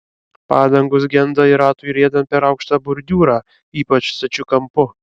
padangos genda ir ratui riedant per aukštą bordiūrą ypač stačiu kampu